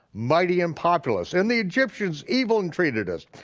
mighty, and populous, and the egyptians evil entreated us,